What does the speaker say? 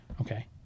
Okay